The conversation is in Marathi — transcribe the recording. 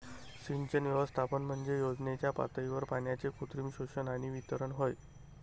सिंचन व्यवस्थापन म्हणजे योजनेच्या पातळीवर पाण्याचे कृत्रिम शोषण आणि वितरण होय